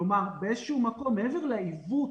כלומר באיזה שהוא מקום מעבר לעיוות